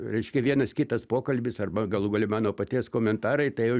reiškia vienas kitas pokalbis arba galų gale mano paties komentarai tai jau